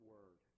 Word